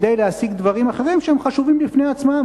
כדי להשיג דברים אחרים שהם חשובים בפני עצמם.